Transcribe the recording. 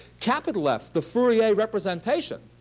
capital f, the fourier representation,